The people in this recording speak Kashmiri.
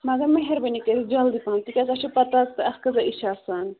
مگر مہربٲنی کٔرِتھ جلدی پَہَم تِکیٛازِ تۅہہِ چھَو پَتہٕ اَتھ کۭژاہ یہِ چھِ آسان